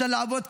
אפשר לעבוד קשה,